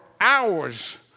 hours